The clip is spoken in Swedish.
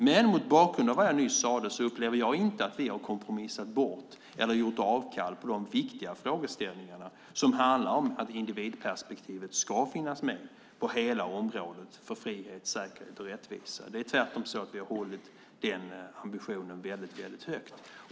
Men mot bakgrund av vad jag nyss sade upplever jag inte att vi har kompromissat bort eller gjort avkall på de viktiga frågeställningarna, som handlar om att individperspektivet ska finnas med på hela området för frihet, säkerhet och rättvisa. Det är tvärtom så att vi har hållit den ambitionen väldigt högt.